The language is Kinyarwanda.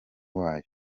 wayo